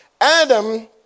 adam